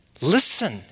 Listen